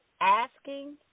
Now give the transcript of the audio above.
asking